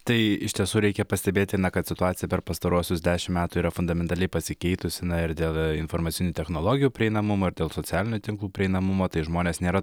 tai iš tiesų reikia pastebėti na kad situacija per pastaruosius dešim metų yra fundamentaliai pasikeitusi na ir dėl informacinių technologijų prieinamumo ir dėl socialinių tinklų prieinamumo tai žmonės nėra